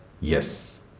Yes